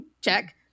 Check